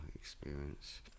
experience